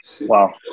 wow